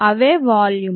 అవే volume